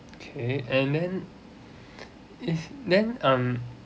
okay and then is then um